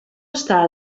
estar